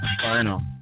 Final